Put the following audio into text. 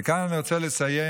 כאן אני רוצה לציין